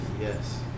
Yes